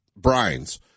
brines